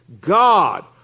God